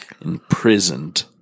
imprisoned